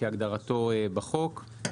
כהגדרתו בחוק,